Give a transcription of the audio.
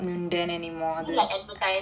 is it like advertising